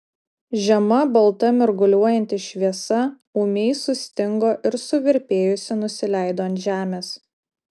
žema balta mirguliuojanti šviesa ūmiai sustingo ir suvirpėjusi nusileido ant žemės